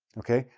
okay?